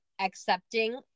accepting